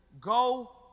go